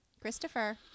Christopher